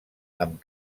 amb